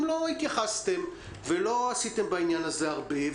לא התייחסתם ולא עשיתם הרבה בעניין הזה,